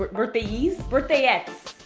but birthdayees? birthdayettes.